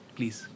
Please